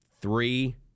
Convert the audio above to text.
three